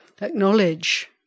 acknowledge